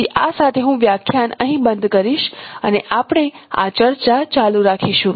તેથી આ સાથે હું આ વ્યાખ્યાન અહીં બંધ કરીશ અને આપણે આ ચર્ચા ચાલુ રાખીશું